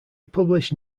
published